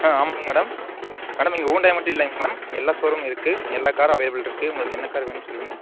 ஆ ஆமாங்க madam madam இங்கே Hyundai மட்டும் இல்லைங்க மேடம் எல்லா ஷோரூமும் இருக்குது எல்லா காரும் அவைலபிள்ருக்குது உங்களுக்கு என்ன கார் வேணும்னு சொல்லுங்கள்